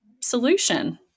solution